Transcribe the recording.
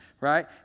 right